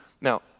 Now